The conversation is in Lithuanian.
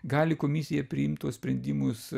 gali komisija priimt tuos sprendimus